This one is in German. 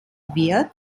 wird